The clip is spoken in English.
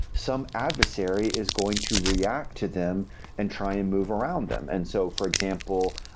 some adversary is going to react to them and try and move around them. and so for example,